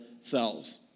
selves